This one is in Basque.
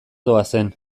doazen